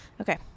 Okay